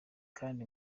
kandi